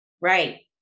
Right